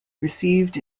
received